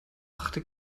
brachte